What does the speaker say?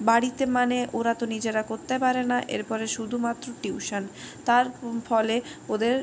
বাড়িতে মানে ওরা তো নিজেরা করতে পারে না এর ফলে শুধুমাত্র টিউশন তার ফলে ওদের